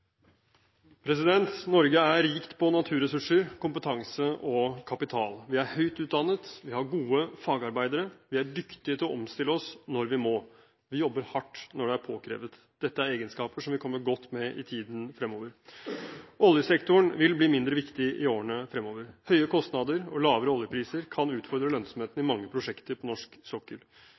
dyktige til å omstille oss når vi må, vi jobber hardt når det er påkrevd – dette er egenskaper som vil komme godt med i tiden fremover. Oljesektoren vil bli mindre viktig i årene fremover. Høye kostnader og lavere oljepriser kan utfordre lønnsomheten i mange prosjekter på norsk sokkel.